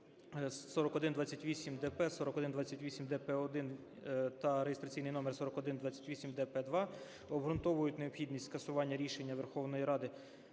4128-д-П, 4128-д-П1 та реєстраційний номер 4128-д-П2 обґрунтовують необхідність скасування рішення Верховної Ради